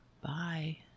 Bye